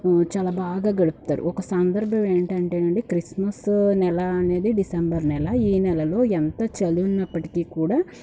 చాలా బాగా గడుపుతారు ఒక సందర్భం ఏంటంటేనండి క్రిస్మస్ నెల అనేది డిసెంబర్ నెల ఈ నెలలో ఎంత చలి ఉన్నప్పటికీ కూడా